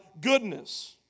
goodness